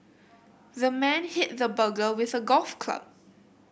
the man hit the burglar with a golf club